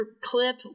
clip